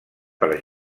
per